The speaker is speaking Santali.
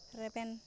ᱨᱮᱵᱮᱱ